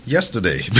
Yesterday